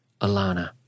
Alana